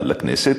לכנסת,